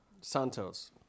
Santos